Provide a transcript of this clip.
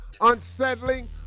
unsettling